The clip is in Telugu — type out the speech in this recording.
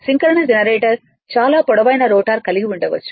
సింక్రోనస్ జనరేటర్ చాలా పొడవైన రోటర్ కలిగి ఉండవచ్చు